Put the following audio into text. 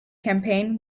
campaign